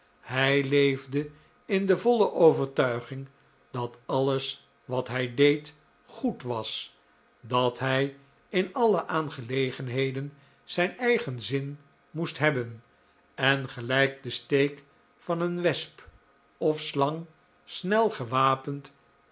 hij leefde in de voile overtuiging dat alles wat hij deed goed was dat hij in alle aangelegenheden zijn eigen zjn moest hebben en gelijk de steek van een wesp of slang snel gewapend